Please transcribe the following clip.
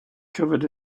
covered